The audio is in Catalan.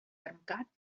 termcat